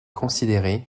considéré